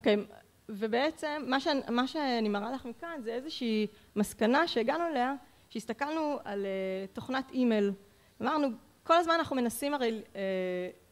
אוקיי, ובעצם מה שאני מראה לך מכאן זה איזושהי מסקנה שהגענו אליה, שהסתכלנו על תוכנת אימייל. אמרנו, כל הזמן אנחנו מנסים הרי...